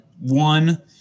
One